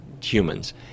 humans